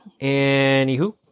Anywho